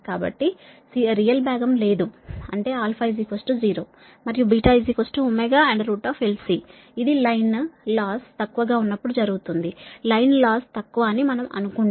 కాబట్టిరియల్ భాగం లేదు అంటే α0 మరియు βω LC ఇది లైన్ లాస్ తక్కువగా ఉన్నప్పుడు జరుగుతోంది లాస్ లైన్ తక్కువ అని మనం అనుకుంటే